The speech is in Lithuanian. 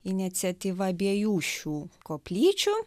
iniciatyva abiejų šių koplyčių